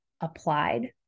applied